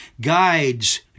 Guides